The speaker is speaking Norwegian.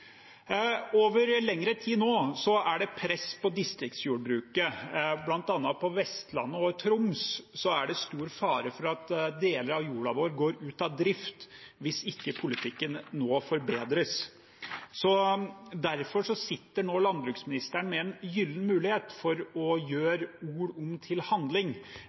Over lengre tid har det vært press på distriktsjordbruket. Blant annet på Vestlandet og i Troms er det stor fare for at deler av jorda vår går ut av drift hvis ikke politikken nå forbedres. Derfor sitter landbruksministeren nå med en gyllen mulighet til å gjøre ord om til handling